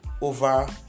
over